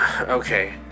Okay